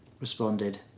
responded